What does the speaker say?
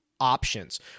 Options